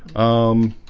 um